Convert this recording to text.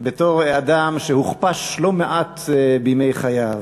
בתור אדם שהוכפש לא מעט בימי חייו,